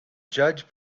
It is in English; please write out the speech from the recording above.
judge